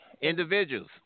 individuals